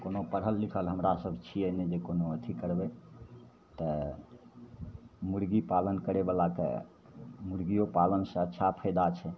कोनो पढ़ल लिखल हमरासभ छिए नहि जे कोनो अथी करबै तऽ मुरगीपालन करैवला तऽ मुरगिओ पालनसे अच्छा फायदा छै